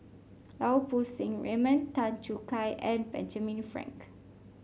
Lau Poo Seng Raymond Tan Choo Kai and Benjamin Frank